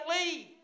leave